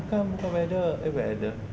bukan bukan weather eh weather